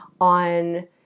on